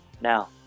now